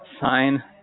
sign